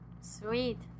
Sweet